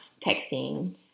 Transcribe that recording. texting